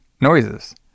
noises